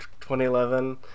2011